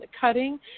cutting